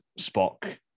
Spock